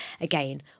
again